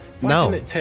No